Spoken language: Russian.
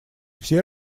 все